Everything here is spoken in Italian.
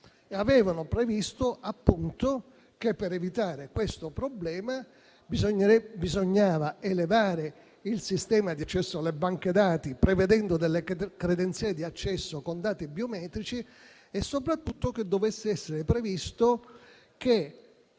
avevano previsto, appunto, che, per evitare questo problema, bisognasse elevare il sistema di accesso alle banche dati, prevedendo delle credenziali di accesso con dati biometrici, e soprattutto che dovesse essere previsto che